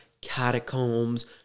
catacombs